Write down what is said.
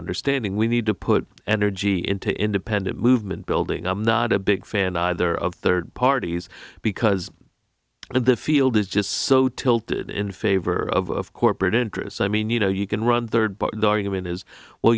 understanding we need to put energy into independent movement building i'm not a big fan either of third parties because the field is just so tilted in favor of corporate interests i mean you know you can run third but the argument is well